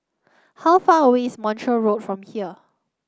how far away is Montreal Road from here